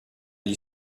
gli